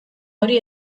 hori